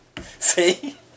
See